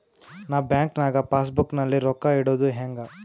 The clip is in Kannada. ನಾ ಬ್ಯಾಂಕ್ ನಾಗ ಪಾಸ್ ಬುಕ್ ನಲ್ಲಿ ರೊಕ್ಕ ಇಡುದು ಹ್ಯಾಂಗ್?